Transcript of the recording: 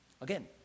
Again